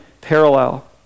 parallel